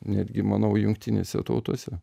netgi manau jungtinėse tautose